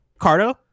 Cardo